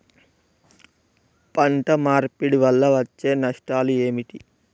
పంట మార్పిడి వల్ల వచ్చే నష్టాలు ఏమిటి?